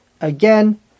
Again